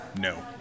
no